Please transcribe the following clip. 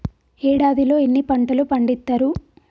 ఏడాదిలో ఎన్ని పంటలు పండిత్తరు?